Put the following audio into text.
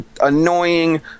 annoying